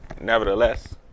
Nevertheless